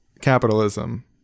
Capitalism